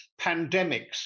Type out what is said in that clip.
pandemics